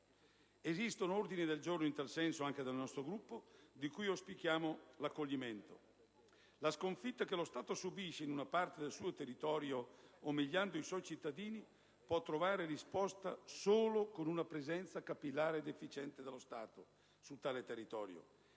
Esistono ordini del giorno in tal senso, anche del nostro Gruppo, di cui auspichiamo l'accoglimento. La sconfitta che lo Stato subisce in una parte del suo territorio, umiliando i suoi cittadini, può trovare risposta solo con una presenza capillare ed efficiente dello Stato su tale territorio,